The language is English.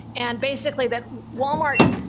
and basically that wal-mart,